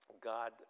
God